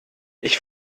ich